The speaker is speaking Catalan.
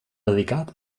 dedicat